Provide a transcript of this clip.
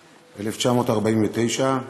1949,